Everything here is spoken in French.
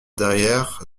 derrière